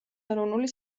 ეროვნული